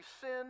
sin